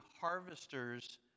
harvesters